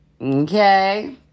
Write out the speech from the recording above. Okay